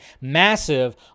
massive